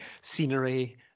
scenery